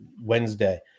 Wednesday